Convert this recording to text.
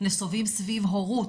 נסובים סביב הורות,